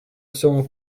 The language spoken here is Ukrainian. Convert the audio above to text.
всьому